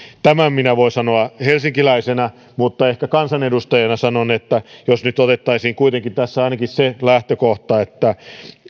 tämän minä voin sanoa helsinkiläisenä mutta ehkä kansanedustajana sanon että jos nyt otettaisiin kuitenkin tässä ainakin se lähtökohta että